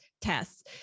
tests